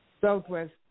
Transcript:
Southwest